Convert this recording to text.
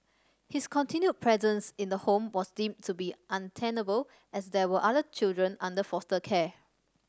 his continued presence in the home was deemed to be untenable as there were other children under foster care